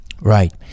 right